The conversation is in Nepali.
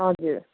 हजुर